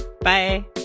bye